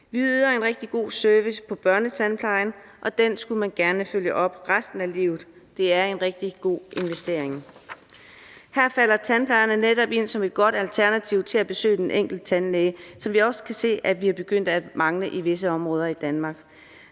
Vi yder en rigtig god service i børnetandplejen, og den skulle der gerne følges op på resten af livet. Det er en rigtig god investering. Her falder tandplejerne netop ind som et godt alternativ til at besøge tandlægen, som vi også kan se at vi er begyndt at mangle i visse områder i Danmark.